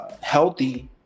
healthy